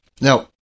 Now